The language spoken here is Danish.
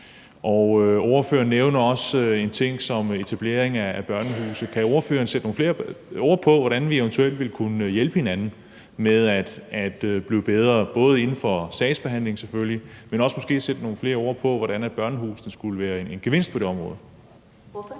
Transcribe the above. Og ordføreren nævner også en ting som etablering af børnehuse. Kan ordføreren sætte nogle flere ord på, hvordan vi eventuelt ville kunne hjælpe hinanden med at blive bedre, både inden for sagsbehandling, selvfølgelig, men også måske sætte nogle flere ord på, hvordan børnehusene kunne være en gevinst på det område? Kl.